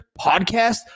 podcast